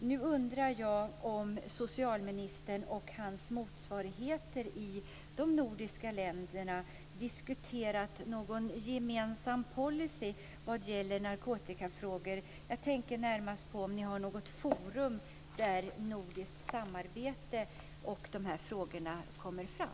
Nu undrar jag om socialministern och hans motsvarigheter i de nordiska länderna har diskuterat någon gemensam policy vad gäller narkotikafrågor. Jag tänker närmast på om ni har något forum där nordiskt samarbete i de här frågorna kommer fram.